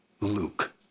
Luke